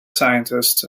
scientists